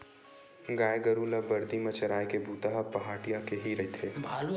गाय गरु ल बरदी म चराए के बूता ह पहाटिया के ही रहिथे